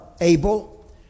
able